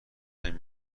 همین